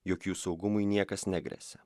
jog jų saugumui niekas negresia